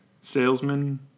salesman